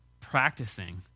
practicing